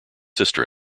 sister